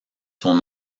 son